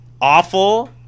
awful